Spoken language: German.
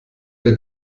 der